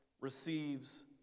receives